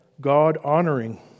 God-honoring